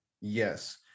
yes